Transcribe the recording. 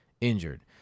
injured